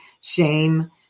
shame